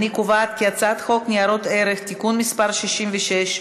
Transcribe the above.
אני קובעת כי הצעת חוק ניירות ערך (תיקון מס' 66),